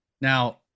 Now